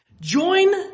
Join